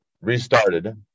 restarted